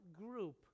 group